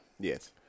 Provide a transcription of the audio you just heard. Yes